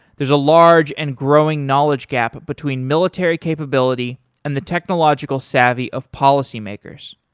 there's a large and growing knowledge gap between military capability and the technological savvy of policymakers.